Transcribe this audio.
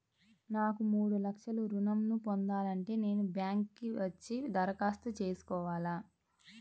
నాకు మూడు లక్షలు ఋణం ను పొందాలంటే నేను బ్యాంక్కి వచ్చి దరఖాస్తు చేసుకోవాలా?